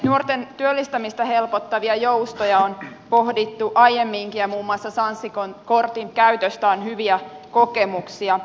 nuorten työllistämistä helpottavia joustoja on pohdittu aiemminkin ja muun muassa sanssi kortin käytöstä on hyviä kokemuksia